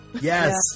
yes